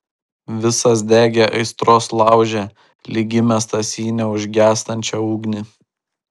visas degė aistros lauže lyg įmestas į neužgęstančią ugnį